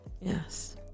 Yes